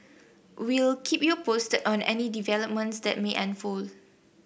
we'll keep you posted on any developments that may unfold